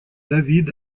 david